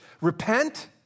Repent